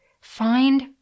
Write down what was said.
find